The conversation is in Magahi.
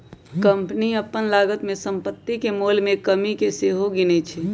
कंपनी अप्पन लागत में सम्पति के मोल में कमि के सेहो गिनै छइ